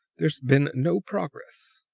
there's been no progress.